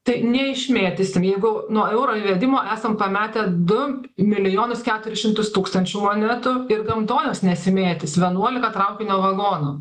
tai neišmėtysim jeigu nuo euro įvedimo esam pametę du milijonus keturis šimtus tūkstančių monetų ir gamtoj jos nesimėtys vienuolika traukinio vagonų